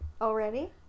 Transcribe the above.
Already